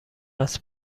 هست